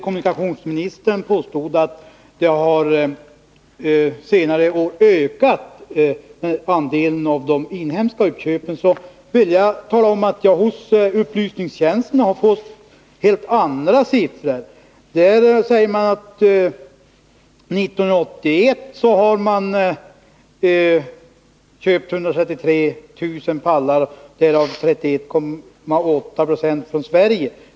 Kommunikationsministern påstod att de inhemska uppköpen under senare tid har ökat när det gäller lastpallar. Med anledning härav vill jag nämna att jag från riksdagens upplysningstjänst fått helt andra siffror. Från upplysningstjänsten meddelas att man 1981 har köpt 133 000 lastpallar, därav 31,8 Zo från Sverige.